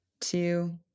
two